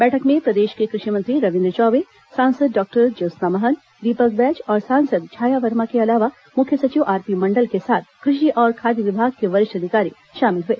बैठक में प्रदेश के कृषि मंत्री रविन्द्र चौबे सांसद डॉक्टर ज्योत्सना महंत दीपक बैज और सांसद छाया वर्मा के अलावा मुख्य सचिव आरपी मण्डल के साथ कृषि और खाद्य विभाग के वरिष्ठ अधिकारी शामिल हुए